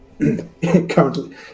currently